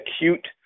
acute